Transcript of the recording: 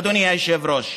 אדוני היושב-ראש.